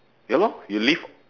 ya lor you live